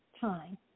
time